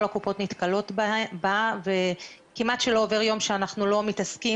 הקופות נתקלות בה וכמעט שלא עובר יום שאנחנו לא מתעסקים,